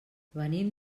venim